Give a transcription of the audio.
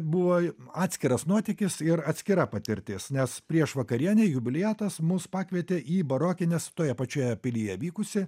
buvo atskiras nuotykis ir atskira patirtis nes prieš vakarienę jubiliatas mus pakvietė į barokinės toje pačioje pilyje vykusį